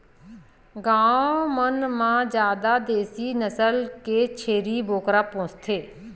गाँव मन म जादा देसी नसल के छेरी बोकरा पोसथे